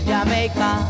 Jamaica